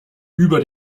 über